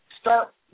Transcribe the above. Start